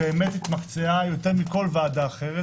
והתמקצעה יותר מכל ועדה אחרת